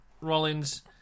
Rollins